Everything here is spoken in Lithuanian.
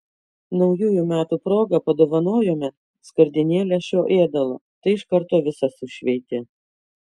naujųjų metų proga padovanojome skardinėlę šio ėdalo tai iš karto visą sušveitė